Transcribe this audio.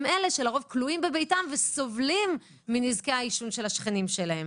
הם אלה שלרוב כלואים בביתם וסובלים מנזקי העישון של השכנים שלהם.